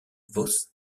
vos